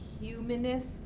humanist